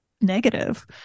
negative